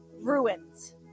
ruins